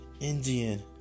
Indian